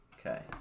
Okay